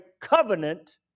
covenant